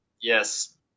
yes